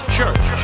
church